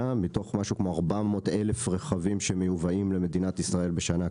מתוך משהו כמו 400,000 רכבים שמיובאים למדינת ישראל בשנה,